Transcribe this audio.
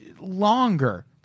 longer